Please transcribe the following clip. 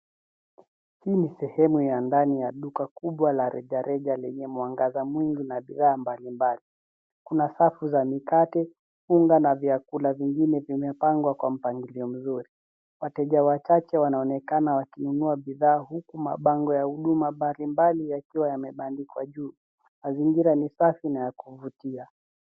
Hii ni sehemu ya ndani ya duka kubwa la rejareja lenye mwangaza mwingi na bidhaa mbalimbali. Kuna safu za mikate, unga na vyakula vingine vimepangwa kwa mpangilio mzuri. Wateja wachache wanaonekana wakinunua bidhaa huku mabango ya huduma mbalimbali yakiwa yamebandikwa juu. Mazingira ni safi na ya kuvutia.